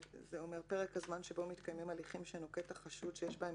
"פרק הזמן שבו מתקיימים הליכים שנוקט החשוד שיש בהם